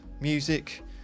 music